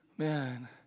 man